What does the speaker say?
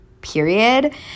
period